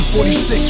46